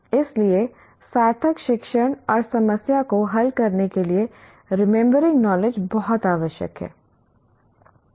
इसलिए सार्थक शिक्षण और समस्या को हल करने के लिए रिमेंबरिंग नॉलेज बहुत आवश्यक है